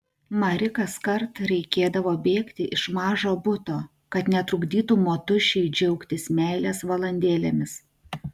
mari kaskart reikėdavo bėgti iš mažo buto kad netrukdytų motušei džiaugtis meilės valandėlėmis